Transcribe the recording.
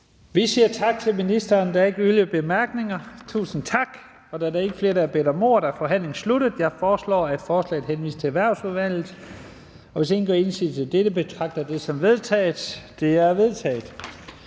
Vi siger tak til ministeren. Der er ikke yderligere korte bemærkninger. Tusind tak. Da der ikke er flere, der har bedt om ordet, er forhandlingen sluttet. Jeg foreslår, at forslaget henvises til Erhvervsudvalget. Hvis ingen gør indsigelse mod dette, betragter jeg det som vedtaget. Det er vedtaget.